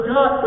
God